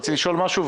רצית לשאול משהו,